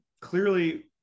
clearly